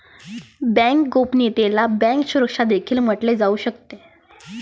bank गोपनीयतेला bank सुरक्षा देखील म्हटले जाऊ शकते